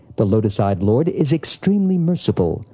the lotus-eyed lord is extremely merciful,